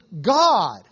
God